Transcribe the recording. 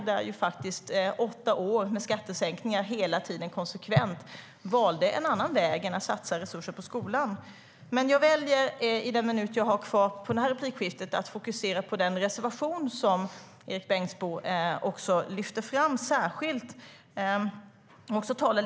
Under åtta år med skattesänkningar valde Alliansen hela tiden konsekvent en annan väg än att satsa resurser på skolan. Jag väljer under den tid jag har kvar av denna replik att fokusera på den reservation som Erik Bengtzboe särskilt lyfte fram.